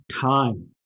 time